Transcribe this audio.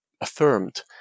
affirmed